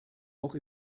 auch